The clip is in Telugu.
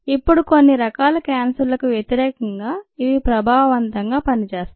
ఇప్పుడు కొన్ని రకాల క్యాన్సర్లకు వ్యతిరేకంగా ఇవి ప్రభావవంతంగా పనిచేస్తాయి